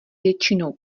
většinou